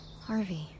Harvey